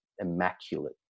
immaculate